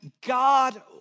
God